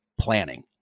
planning